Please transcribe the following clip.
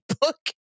book